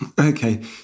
okay